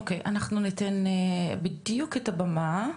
אוקיי, אנחנו ניתן בדיוק את הבמה.